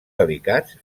delicats